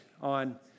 on